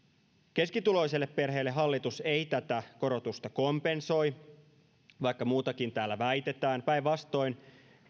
keskituloiselle perheelle hallitus ei tätä korotusta kompensoi vaikka muutakin täällä väitetään päinvastoin